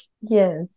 Yes